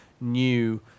new